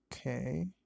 Okay